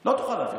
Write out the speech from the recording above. להעביר.